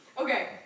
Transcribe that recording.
Okay